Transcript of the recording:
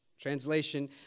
Translation